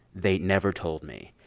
they never told me